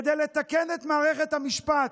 כדי לתקן את מערכת המשפט,